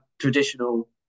traditional